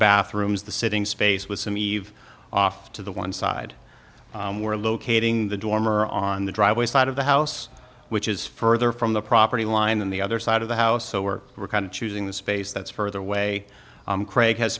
bathroom is the sitting space with some eve off to the one side or locating the dormer on the driveway side of the house which is further from the property line than the other side of the house so we're kind of choosing the space that's further away craig has